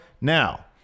Now